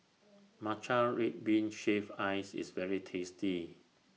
Matcha Red Bean Shaved Ice IS very tasty